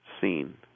seen